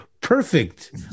Perfect